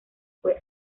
fue